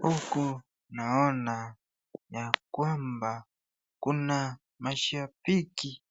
Huku naona yakwamba kuna mashabiki